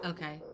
Okay